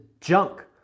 junk